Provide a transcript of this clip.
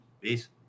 Peace